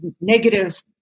negative